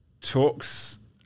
talks